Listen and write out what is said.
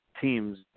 teams